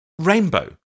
Rainbow